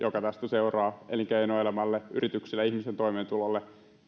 joka tästä seuraa elinkeinoelämälle yrityksille ja ihmisten toimeentulolle